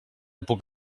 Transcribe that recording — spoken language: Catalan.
puc